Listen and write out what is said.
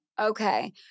Okay